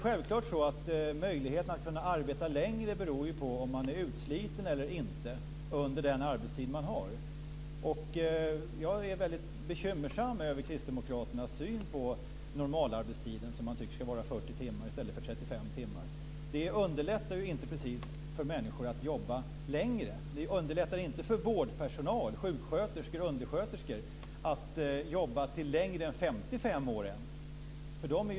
Självklart beror möjligheten att arbeta längre på om man är utsliten eller inte under den arbetstid man har. Jag är väldigt bekymrad över kristdemokraternas syn på normalarbetstiden, som man tycker ska vara 40 timmar i stället för 35 timmar. Det underlättar inte precis för människor att jobba längre. Det underlättar inte för vårdpersonal - sjuksköterskor och undersköterskor - att ens jobba längre än till 55 år.